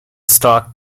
stock